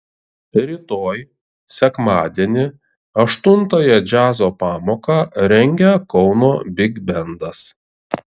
rytoj sekmadienį aštuntąją džiazo pamoką rengia kauno bigbendas